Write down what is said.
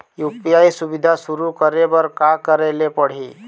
UPI सुविधा शुरू करे बर का करे ले पड़ही?